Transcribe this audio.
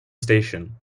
station